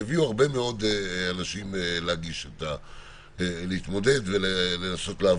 תביא הרבה מאוד אנשים להתמודד ולנסות לעבור.